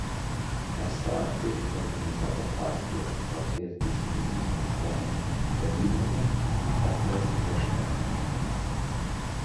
esą tai organizavo partijos tvarka ir teisingumas atstovas taryboje petras vežbavičius